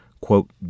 quote